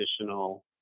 additional